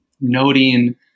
noting